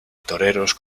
toreros